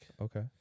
Okay